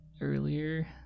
earlier